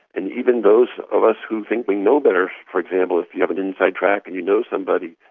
and even those of us who think we know better, for example if you have an inside track and you know somebody,